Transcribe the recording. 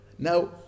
Now